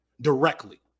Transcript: directly